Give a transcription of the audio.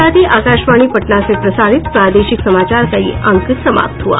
इसके साथ ही आकाशवाणी पटना से प्रसारित प्रादेशिक समाचार का ये अंक समाप्त हुआ